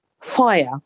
fire